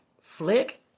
flick